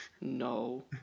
no